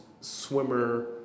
swimmer